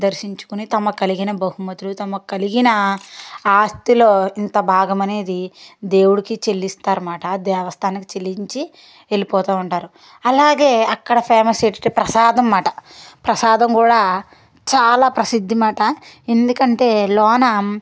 దర్శించుకుని తమ కలిగిన బహుమతులు తమ కలిగిన ఆస్తిలో ఇంత భాగమనేది దేవుడికి చెల్లిస్తారనమాట దేవస్థానం చెల్లించి వెళ్ళిపోతు ఉంటారు అలాగే అక్కడ ఫేమస్ ఏటంటే ప్రసాదం అన్నమాట ప్రసాదం కూడా చాలా ప్రసిద్ధి అన్నమాట ఎందుకంటే లోన